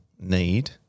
need